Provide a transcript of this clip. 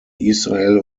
israel